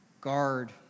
guard